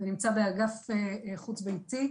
וזה נמצא בטיפול האגף החוץ ביתי,